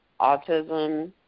autism